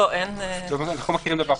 אנחנו לא מכירים דבר כזה.